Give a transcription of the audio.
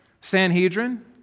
Sanhedrin